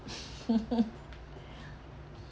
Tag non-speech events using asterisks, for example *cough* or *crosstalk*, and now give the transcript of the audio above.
*laughs*